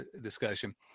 discussion